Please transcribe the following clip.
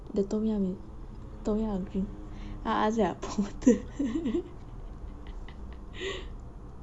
the tom yum tom yum a'ah sia